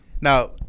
Now